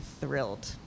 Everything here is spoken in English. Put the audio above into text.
thrilled